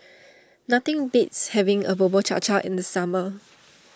nothing beats having a Bubur Cha Cha in the summer